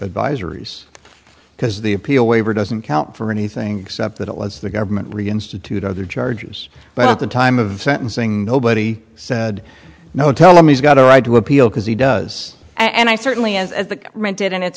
advisories because the appeal waiver doesn't count for anything except that it lets the government reinstitute other charges but at the time of sentencing nobody said no tell him he's got a right to appeal because he does and i certainly as a rented and it's